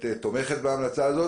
הוועדה.